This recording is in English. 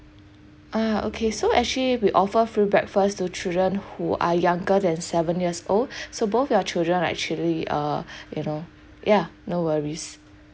ah okay so actually we offer free breakfast to children who are younger than seven years old so both your children are actually uh you know ya no worries